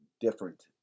different